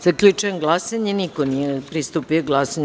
Zaključujem glasanje: niko nije pristupio glasanju.